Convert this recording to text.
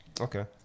Okay